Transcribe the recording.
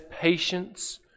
patience